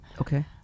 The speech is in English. Okay